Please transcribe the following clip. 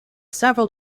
several